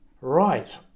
Right